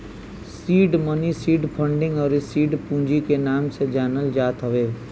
seed money seed funding अउरी seed पूंजी के नाम से जानल जात हवे